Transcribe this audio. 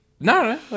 No